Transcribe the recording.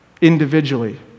individually